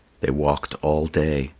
they walked all day,